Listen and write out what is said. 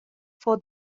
for